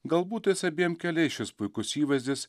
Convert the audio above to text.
galbūt tais abiem keliais šis puikus įvaizdis